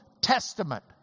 Testament